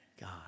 god